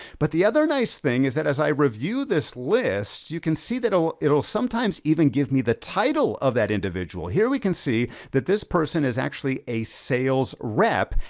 but the other nice thing, is that, as i review this list, you can see that it'll it'll sometimes even give me, the title of that individual. here we can see that this person is actually a sales rep,